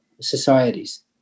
societies